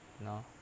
no